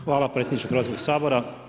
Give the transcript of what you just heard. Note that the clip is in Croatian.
Hvala predsjedniče Hrvatskog sabora.